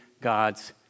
God's